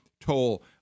toll